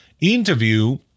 interview